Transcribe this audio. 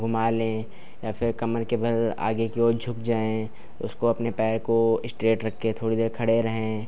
घुमा लें या फिर कमर के बल आगे की ओर झुक जाएँ उसको अपने पैर को इस्ट्रेट रखके थोड़ी देर खड़े रहें